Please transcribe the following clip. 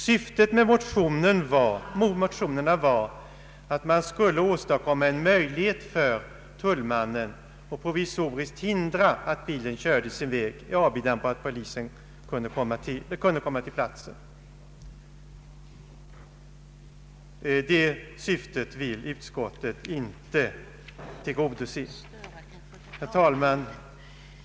Syftet med motionen var att man skulle åstadkomma en möjlighet för tullmannen att provisoriskt hindra att bilen körde sin väg, i avbidan på att polisen kunde komma till platsen. Det syftet vill inte utskottet tillgodose. Herr talman!